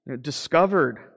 discovered